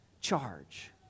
charge